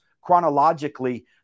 chronologically